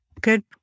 Good